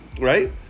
right